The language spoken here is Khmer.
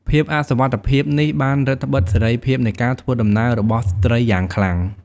ភាពអសុវត្ថិភាពនេះបានរឹតត្បិតសេរីភាពនៃការធ្វើដំណើររបស់ស្ត្រីយ៉ាងខ្លាំង។